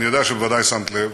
אני יודע שבוודאי שמת לב,